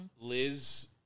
Liz